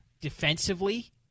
defensively